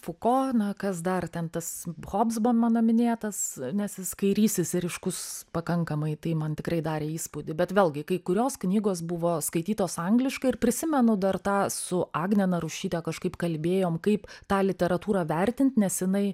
fuko na kas dar ten tas hobsbo mano minėtas nes jis kairysis ir ryškus pakankamai tai man tikrai darė įspūdį bet vėlgi kai kurios knygos buvo skaitytos angliškai ir prisimenu dar tą su agne narušyte kažkaip kalbėjom kaip tą literatūrą vertint nes jinai